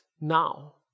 now